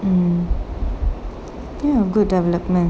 mm ya good development